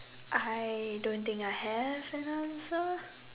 I don't think I have an answer